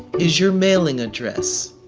is your mailing address.